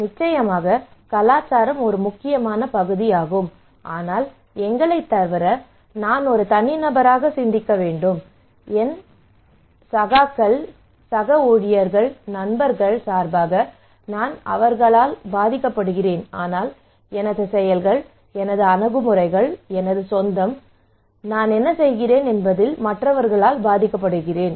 நிச்சயமாக கலாச்சாரம் ஒரு முக்கியமான பகுதியாகும் ஆனால் எங்களைத் தவிர நான் ஒரு தனிநபராக சிந்திக்க வேண்டும் என் அண்டை என் சகா சக ஊழியர்கள் நண்பர்கள் சார்பாக நான் அவர்களால் பாதிக்கப்படுகிறேன் ஆனால் எனது செயல்கள் எனது அணுகுமுறைகள் எனது சொந்தம் நான் நான் என்ன செய்கிறேன் என்பதில் மற்றவர்களால் பாதிக்கப்படுகிறேன்